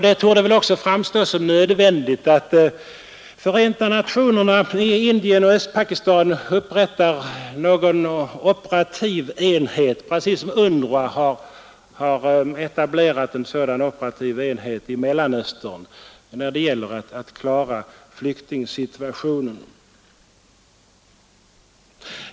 Det torde även framstå som nödvändigt att FN i Indien och Östpakistan upprättar någon operativ enhet i likhet med den som UNRA har etablerat i Mellanöstern för att klara flyktingsituationen.